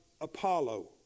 Apollo